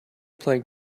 playing